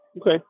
Okay